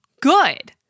good